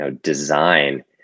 design